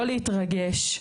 לא להתרגש.